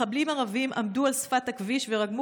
מחבלים ערבים עמדו על שפת הכביש ורגמו